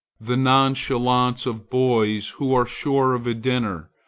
the nonchalance of boys who are sure of a dinner,